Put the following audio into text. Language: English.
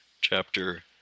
chapter